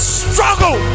struggle